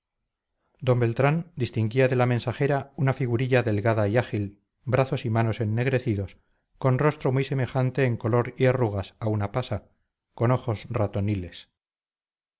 d beltrán distinguía de la mensajera una figurilla delgada y ágil brazos y manos ennegrecidos con rostro muy semejante en color y arrugas a una pasa con ojos ratoniles